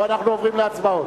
או אנחנו עוברים להצבעות?